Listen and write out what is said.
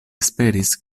esperis